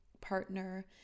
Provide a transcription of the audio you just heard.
partner